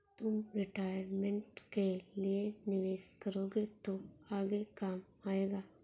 तुम रिटायरमेंट के लिए निवेश करोगे तो आगे काम आएगा